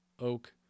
Oak